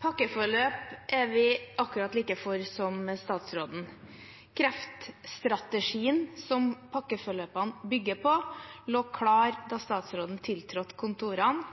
Pakkeforløp er vi akkurat like for som statsråden. Kreftstrategien som pakkeforløpene bygger på, lå klar da statsråden tiltrådte.